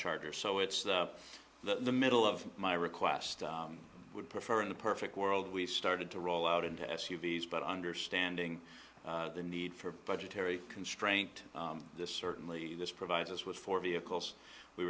charger so it's the the middle of my request i would prefer in a perfect world we started to roll out into s u v s but understanding the need for budgetary constraint this certainly this provides us with four vehicles we